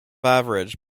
average